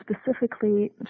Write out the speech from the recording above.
specifically